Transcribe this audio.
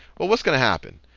well, what's going to happen?